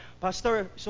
pastor